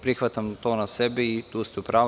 Prihvatam to na sebe i tu ste u pravu.